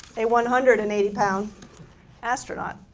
a one hundred and eighty pound astronaut